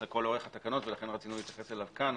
לכל אורך התקנות ולכן רצינו להתייחס אליו כאן,